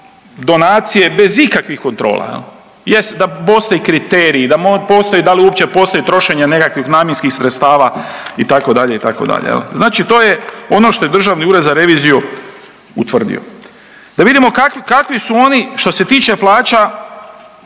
donacije bez ikakvih kontrola. Jest da postoje kriteriji, da li uopće postoji trošenje nekakvih namjenskih sredstava itd. itd. Znači to je ono što je Državni ured za reviziju utvrdio. Da vidimo kakvi su oni što se tiče plaća